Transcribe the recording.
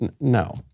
No